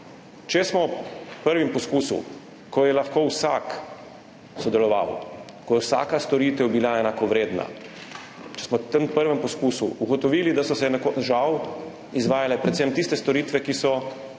Če smo v prvem poskusu, ko je lahko vsak sodeloval, ko je bila vsaka storitev enakovredna, če smo v tem prvem poskusu ugotovili, da so se žal izvajale predvsem tiste storitve, ki so